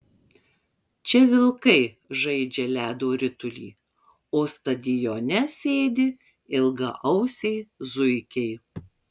čia vilkai žaidžia ledo ritulį o stadione sėdi ilgaausiai zuikiai